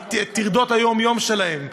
את טרדות היום-יום שלהם.